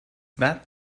that